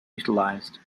utilized